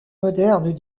moderne